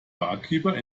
barkeeper